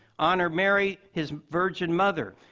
honor mary, his virgin mother.